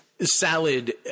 Salad